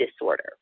disorder